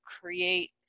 create